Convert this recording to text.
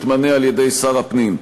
מתמנה על-ידי שר הפנים.